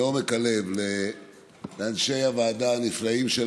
אין מתנגדים, אין נמנעים.